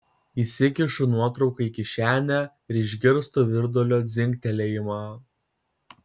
įsikišu nuotrauką į kišenę ir išgirstu virdulio dzingtelėjimą